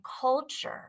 culture